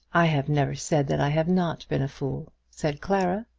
i have never said that i have not been a fool, said clara.